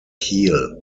keel